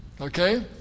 Okay